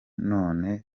none